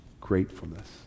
gratefulness